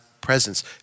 presence